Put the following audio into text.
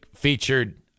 Featured